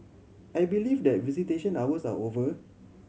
I believe that visitation hours are over